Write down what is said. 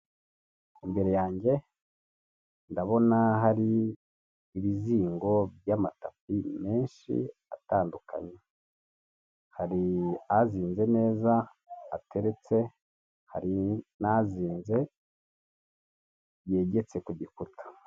Imbere yanjye ndabona hari ibizingo by'amatapi menshi atandukanye; Hari azinze neza ateretse, hari n'azinze yegetse ku gikuta.